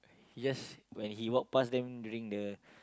he just when he walk past them during the